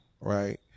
right